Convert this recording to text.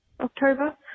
October